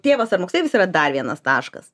tėvas ar moksleivis yra dar vienas taškas